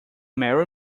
marry